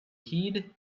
heed